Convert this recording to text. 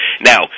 now